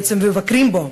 בעצם מבקרים בו,